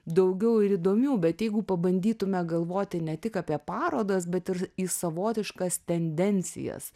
daugiau ir įdomių bet jeigu pabandytume galvoti ne tik apie parodas bet į savotiškas tendencijas